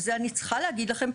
ואת זה אני צריכה להגיד לכם.